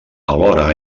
alhora